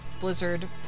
blizzard